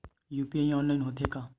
UPI online होथे का?